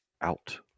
out